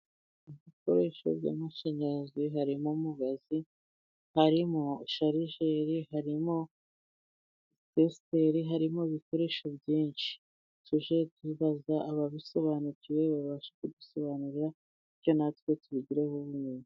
Mu bikoresho by'amashanyarazi harimo mubazi, harimo sharijeri, harimo vesiteri, harimo ibikoresho byinshi. Tuge tubaza ababisobanukiwe babasha kudusobanurira bityo natwe tubigireho.